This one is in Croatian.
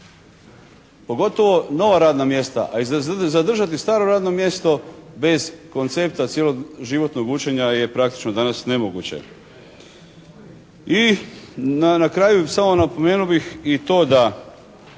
pogotovo nova radna mjesta a i zadržati staro radno mjesto bez koncepta cjeloživotnog učenja je praktično danas nemoguće. I na kraju samo napomenuo bih i to da